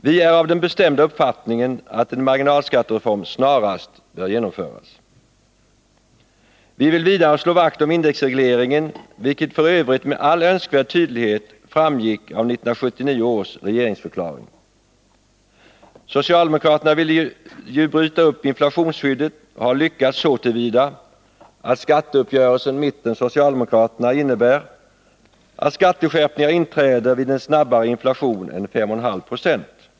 Vi är av den bestämda uppfattningen att en marginalskattereform snarast bör genomföras. Vi vill vidare slå vakt om indexregleringen, vilket f. ö. med all önskvärd tydlighet framgick av 1979 års regeringsförklaring. Socialdemokraterna vill bryta upp inflationsskyddet och har lyckats så till vida att skatteuppgörelsen mitten-socialdemokraterna innebär att skatteskärpningar inträder vid en snabbare inflation än 5,5 20.